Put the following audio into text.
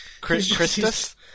Christus